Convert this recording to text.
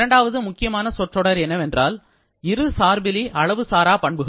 இரண்டாவது முக்கியமான சொற்றொடர் என்னவென்றால் இரு சார்பிலி அளவு சாரா பண்புகள்